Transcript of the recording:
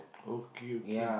okay okay